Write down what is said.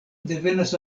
devenas